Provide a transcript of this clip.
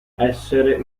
essere